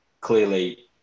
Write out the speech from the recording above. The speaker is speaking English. clearly